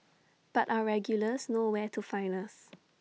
but our regulars know where to find us